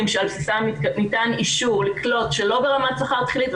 שעל בסיסם ניתן אישור לקלוט שלא ברמת שכר תחילית,